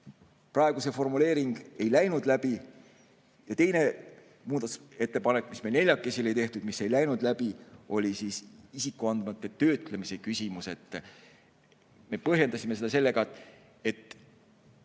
Praegu see formuleering ei läinud läbi. Teine muudatusettepanek, mille me neljakesi tegime ja mis ei läinud läbi, oli isikuandmete töötlemise küsimus. Me põhjendasime seda sellega, et